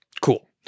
Cool